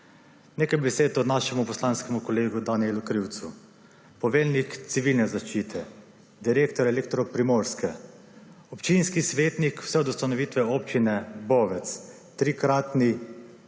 Nekaj besed o našem poslanskem kolegu Danijelu Krivcu. Poveljnik Civilne zaščite, direktor Elektro Primorske, občinski svetnik vse od ustanovitev občine Bovec, trikratni